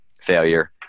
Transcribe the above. failure